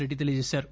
రెడ్డి తెలియ చేశారు